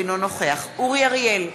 אינו נוכח אורי אריאל,